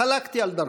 חלקתי על דרכו.